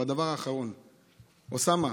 והדבר האחרון, אוסאמה,